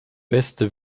beste